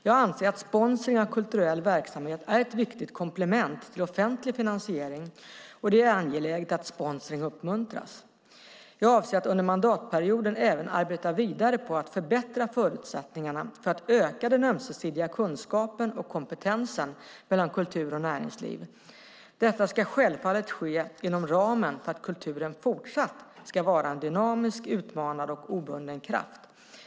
Jag anser att sponsring av kulturell verksamhet är ett viktigt komplement till offentlig finansiering, och det är angeläget att sponsring uppmuntras. Jag avser att under mandatperioden även arbeta vidare på att förbättra förutsättningarna för att öka den ömsesidiga kunskapen och kompetensen mellan kultur och näringsliv. Detta ska självfallet ske inom ramen för att kulturen fortsatt ska vara en dynamisk, utmanande och obunden kraft.